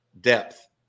Depth